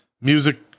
music